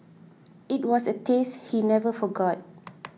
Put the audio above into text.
it was a taste he never forgot